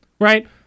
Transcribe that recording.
right